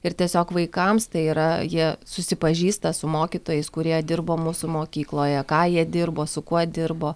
ir tiesiog vaikams tai yra jie susipažįsta su mokytojais kurie dirbo mūsų mokykloje ką jie dirbo su kuo dirbo